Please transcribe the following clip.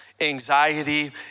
anxiety